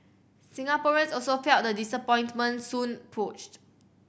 Singaporeans also felt the disappointment Soon